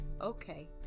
Okay